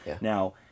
Now